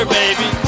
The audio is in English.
baby